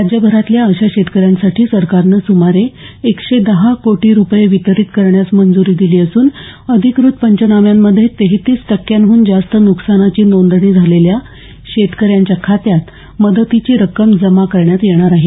राज्यभरातल्या अशा शेतकऱ्यांसाठी सरकारनं सुमारे एकशे दहा कोटी रुपये वितरित करण्यास मंजूरी दिली असून अधिकृत पंचनाम्यांमध्ये तेहतीस टक्क्यांहून जास्त नुकसानाची नोंदणी झालेल्या शेतकऱ्यांच्या खात्यात मदतीची रक्कम जमा करण्यात येणार आहे